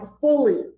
fully